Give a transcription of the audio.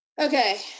Okay